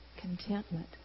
Contentment